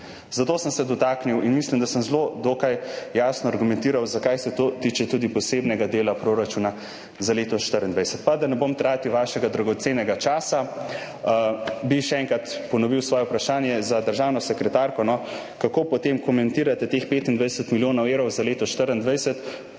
Zato sem se dotaknil in mislim, da sem dokaj jasno argumentiral, zakaj se to tiče tudi posebnega dela proračuna za leto 2024. Da ne bom tratil vašega dragocenega časa, bi še enkrat ponovil svoje vprašanje za državno sekretarko. Kako potem komentirate teh 25 milijonov evrov za leto 2024?